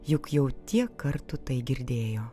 juk jau tiek kartų tai girdėjo